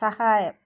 സഹായം